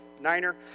niner